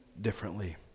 differently